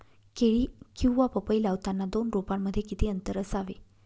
केळी किंवा पपई लावताना दोन रोपांमध्ये किती अंतर असावे?